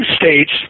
states